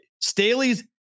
Staley's